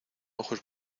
ojos